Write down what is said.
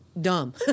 dumb